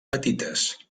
petites